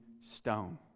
stone